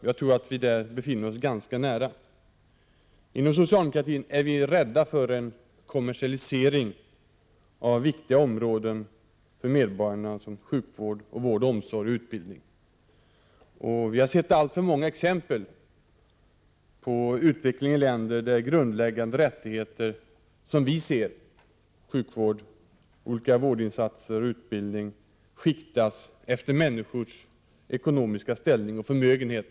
Jag tror att våra uppfattningar ligger ganska nära varandra. Inom socialdemokratin är vi rädda för en kommersialisering av viktiga områden för medborgarna, som sjukvård, vård, omsorg och utbildning. Det finns alltför många exempel på en utveckling i länder där dessa grundläggande rättigheter — sjukvård, olika vårdinsater och utbildning — skiktas efter människors ekonomiska ställning och förmögenhet.